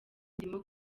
ndimo